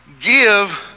give